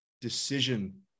decision